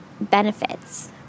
benefits